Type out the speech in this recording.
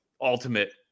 ultimate